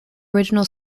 original